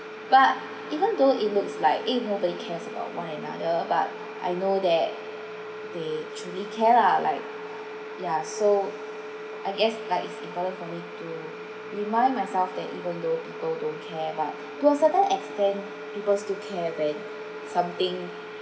but even though it looks like eh nobody cares about one another but I know that they truly care lah like ya so I guess like it's important for me to remind myself that even though people don't care but to a certain extent people still care when something